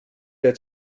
der